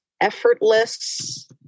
Effortless